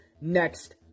next